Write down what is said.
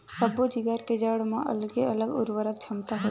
सब्बो जिगर के जड़ म अलगे अलगे उरवरक छमता होथे